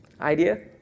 Idea